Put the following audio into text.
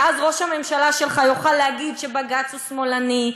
ואז ראש הממשלה שלך יוכל להגיד שבג"ץ הוא שמאלני,